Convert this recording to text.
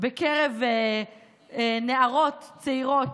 בקרב נערות צעירות,